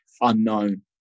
unknown